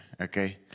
Okay